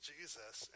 Jesus